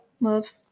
love